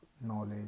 knowledge